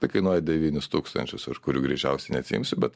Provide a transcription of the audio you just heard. tai kainuoja devynis tūkstančius aš kurių greičiausiai neatsiimsiu bet